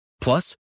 Plus